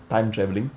time travelling